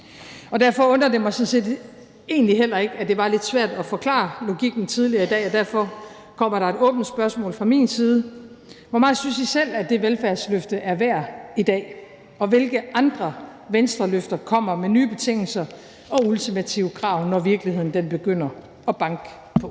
Derfor undrer det mig sådan set egentlig heller ikke, at det var lidt svært at forklare logikken tidligere i dag, og derfor kommer der et åbent spørgsmål fra min side: Hvor meget synes I selv det velfærdsløfte er værd i dag, og hvilke andre Venstreløfter kommer med nye betingelser og ultimative krav, når virkeligheden begynder at banke på?